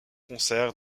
concert